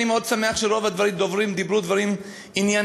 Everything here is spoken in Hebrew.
אני מאוד שמח שרוב הדוברים אמרו דברים ענייניים,